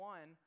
One